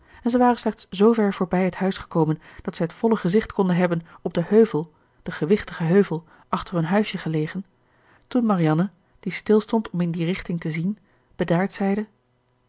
en zij waren slechts zoover voorbij het huis gekomen dat zij het volle gezicht konden hebben op den heuvel den gewichtigen heuvel achter hun huisje gelegen toen marianne die stilstond om in die richting te zien bedaard zeide